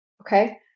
Okay